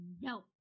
No